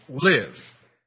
live